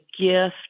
gift